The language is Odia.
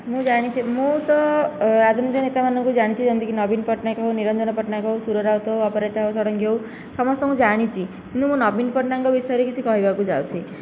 ମୁଁ ଜାଣି ମୁଁ ତ ରାଜନୀତି ନେତା ମାନଙ୍କୁ ଜାଣିଛି ଯେମିତିକି ନବୀନ ପଟ୍ଟନାୟକ ହେଉ ନିରଞ୍ଜନ ପଟ୍ଟନାୟକ ହେଉ ସୁର ରାଉତ ହେଉ ଅପରାଜିତା ଷଡ଼ଙ୍ଗୀ ହେଉ ସମସ୍ତଙ୍କୁ ଜାଣିଛି କିନ୍ତୁ ମୁଁ ନବୀନ ପଟ୍ଟନାୟକ ଙ୍କ ବିଷୟରେ କିଛି କହିବାକୁ ଯାଉଛି